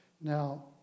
Now